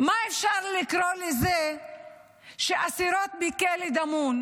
איך אפשר לקרוא לזה שאסירות בכלא דמון,